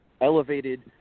elevated